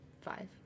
five